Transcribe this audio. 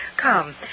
come